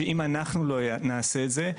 אם אנחנו לא נעשה את זה,